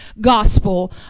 gospel